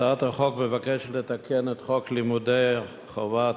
הצעת החוק מבקשת לתקן את חוק לימודי חובה,